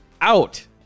out